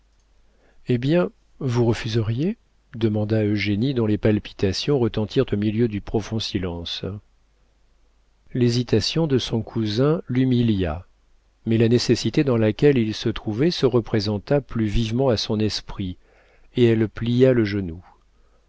eh bien vous refuseriez demanda eugénie dont les palpitations retentirent au milieu du profond silence l'hésitation de son cousin l'humilia mais la nécessité dans laquelle il se trouvait se représenta plus vivement à son esprit et elle plia le genou